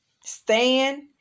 stand